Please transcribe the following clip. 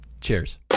cheers